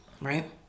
right